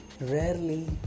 rarely